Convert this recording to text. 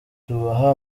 tubaha